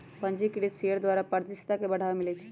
पंजीकृत शेयर द्वारा पारदर्शिता के बढ़ाबा मिलइ छै